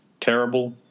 terrible